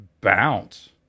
bounce